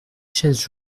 chaises